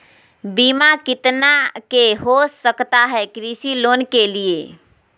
बीमा कितना के हो सकता है कृषि लोन के लिए?